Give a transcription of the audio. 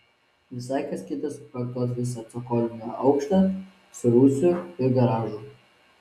visai kas kita suprojektuoti visą cokolinį aukštą su rūsiu ir garažu